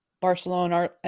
Barcelona